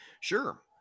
Sure